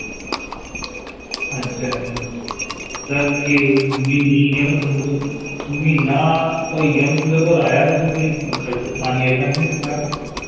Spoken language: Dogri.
अच्छा सर मि ना तुंदे कोल म्हीना होइया में तुंदे कोल आया तुसें कोई खर्चा पानी अजें तक नेईं दित्ता